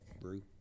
Brew